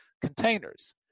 containers